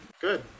Good